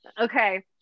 okay